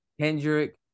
Kendrick